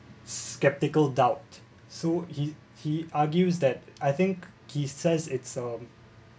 sceptical doubt so he he argues that I think he says it's um